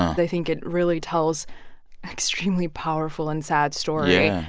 they think it really tells extremely powerful and sad story. yeah.